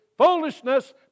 foolishness